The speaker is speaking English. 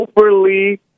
overly